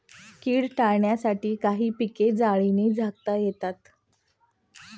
कीड टाळण्यासाठी काही पिके जाळीने झाकता येतात